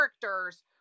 characters